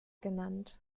genannt